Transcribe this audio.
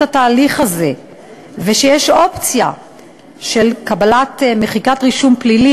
התהליך הזה ושיש אופציה של מחיקת רישום פלילי,